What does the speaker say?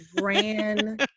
ran